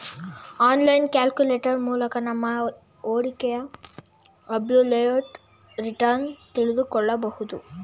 online calculator ಮೂಲಕ ನಮ್ಮ ಹೂಡಿಕೆಯ ಅಬ್ಸಲ್ಯೂಟ್ ರಿಟರ್ನ್ ತಿಳಿದುಕೊಳ್ಳಬಹುದು